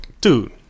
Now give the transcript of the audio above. dude